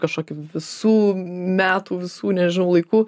kažkokį visų metų visų nežinau laikų